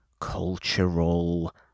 cultural